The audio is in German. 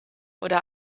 oder